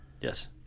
yes